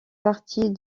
partie